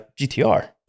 GTR